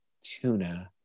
tuna